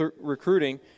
recruiting